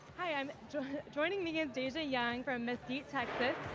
hi. i'm joining joining me and deja young from texas.